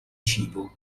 cibo